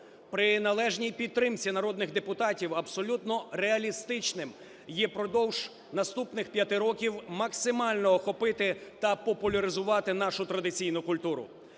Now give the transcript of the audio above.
При належній підтримці народних депутатів абсолютно реалістичним є впродовж наступних 5 років максимально охопити та популяризувати нашу традиційну культуру.